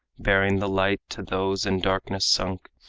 bearing the light to those in darkness sunk,